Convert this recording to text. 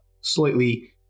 slightly